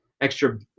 extra